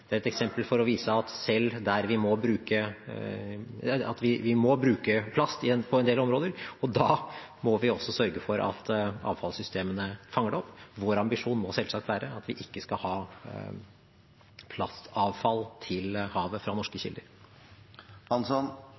at vi må bruke plast på en del områder, og da må vi også sørge for at avfallssystemene fanger det opp. Vår ambisjon må selvsagt være at vi ikke skal ha plastavfall til havet fra norske